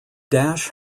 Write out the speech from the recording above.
dash